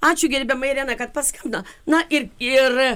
ačiū gerbiama irena kad paskambino na ir ir